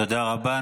תודה רבה.